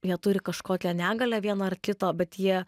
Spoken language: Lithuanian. jie turi kažkokią negalią vieną ar kitą bet jie